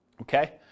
Okay